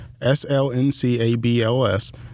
SLNCABLS